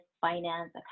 finance